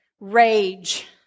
rage